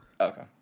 Okay